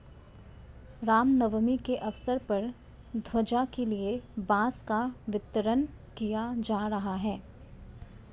राम नवमी के अवसर पर ध्वजा के लिए बांस का वितरण किया जा रहा है